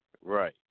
Right